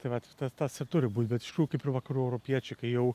tai vat tas tas ir turi būt bet iš tikrųjų kaip ir vakarų europiečiai kai jau